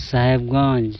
Sahebganj